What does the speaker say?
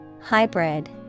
Hybrid